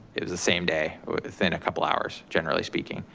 it was the same day, within a couple hours, generally speaking.